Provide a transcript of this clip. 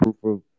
proof